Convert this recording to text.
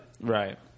right